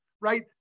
right